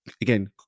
again